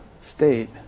state